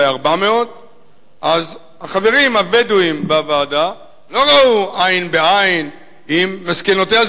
אולי 400. אז החברים הבדואים בוועדה לא ראו עין בעין עם מסקנותיה.